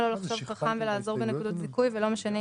קפצתי ל-29 כדי שנוכל לנסח את 27 ו-28 כסעיף מטרה.